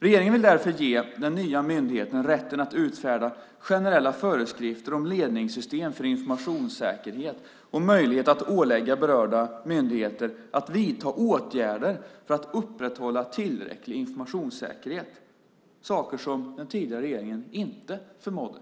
Regeringen vill därför ge den nya myndigheten rätten att utfärda generella föreskrifter om ledningssystem för informationssäkerhet och möjlighet att ålägga berörda myndigheter att vidta åtgärder för att upprätthålla tillräcklig informationssäkerhet. Det är saker som den tidigare regeringen inte förmådde.